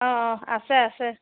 অঁ অঁ আছে আছে